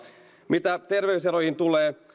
mitä terveyseroihin tulee